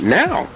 now